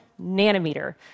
nanometer